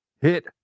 hit